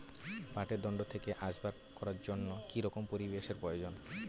পাটের দণ্ড থেকে আসবাব করার জন্য কি রকম পরিবেশ এর প্রয়োজন?